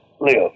live